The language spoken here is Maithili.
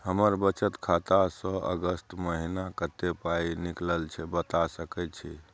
हमर बचत खाता स अगस्त महीना कत्ते पाई निकलल छै बता सके छि?